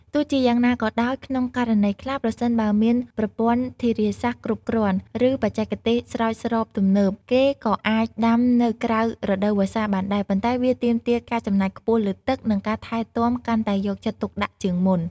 ទោះជាយ៉ាងណាក៏ដោយ ក្នុងករណីខ្លះ ប្រសិនបើមានប្រព័ន្ធធារាសាស្រ្តគ្រប់គ្រាន់ ឬបច្ចេកទេសស្រោចស្រពទំនើប គេក៏អាចដាំនៅក្រៅរដូវវស្សាបានដែរ ប៉ុន្តែវាទាមទារការចំណាយខ្ពស់លើទឹក និងការថែទាំកាន់តែយកចិត្តទុកដាក់ជាងមុន។